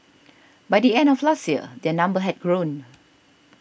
by the end of last year their number had grown